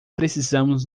precisamos